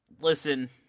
Listen